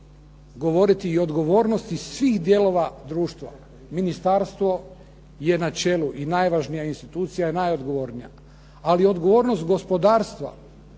govoriti i o odgovornosti svih dijelova društva. Ministarstvo je na čelu i najvažnija institucija i najodgovornija, ali odgovornost gospodarstva